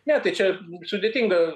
ne tai čia sudėtinga